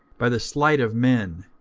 by the sleight of men,